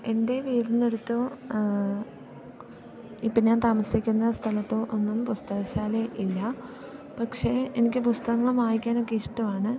എൻ്റെ വീടിനടുത്തോ ഇപ്പം ഞാൻ താമസിക്കുന്ന സ്ഥലത്തോ ഒന്നും പുസ്തകശാല ഇല്ല പക്ഷേ എനിക്ക് പുസ്തകങ്ങളും വായിക്കാനൊക്കെ ഇഷ്ടമാണ്